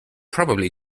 probably